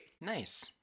Nice